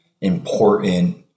important